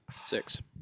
Six